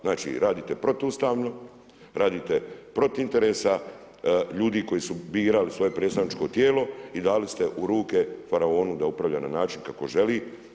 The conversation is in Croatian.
Znači, radite protuustavno, radite protiv interesa koji su birali svoje predstavničko tijelo i dali ste u ruke faraonu da upravlja na način kako želi.